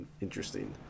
interesting